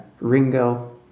Ringo